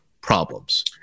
problems